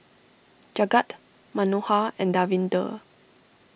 Jagat Manohar and Davinder